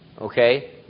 okay